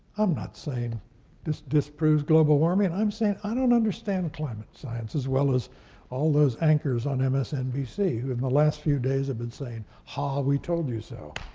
i'm not saying this disproves global warming. and i'm saying i don't understand climate science as well as all those anchors on msnbc who in the last few days have been saying, ha, we told you so.